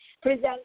present